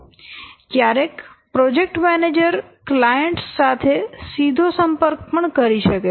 ક્યારેક project manager clients સાથે સીધો સંપર્ક પણ કરી શકે છે